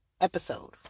episode